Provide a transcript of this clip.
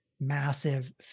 massive